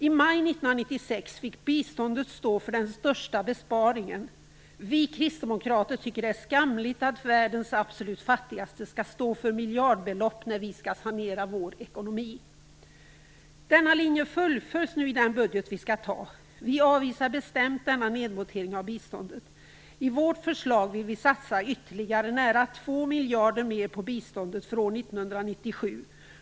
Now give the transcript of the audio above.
I maj 1996 fick biståndet stå för den största besparingen. Vi kristdemokrater tycker att det är skamligt att världens absolut fattigaste skall stå för miljardbelopp när vi skall sanera vår ekonomi. Denna linje fullföljs nu i den budget vi skall fatta beslut om. Vi avvisar bestämt denna nedmontering av biståndet. I vårt förslag vill vi satsa ytterligare nära två miljarder på biståndet från 1997.